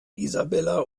isabella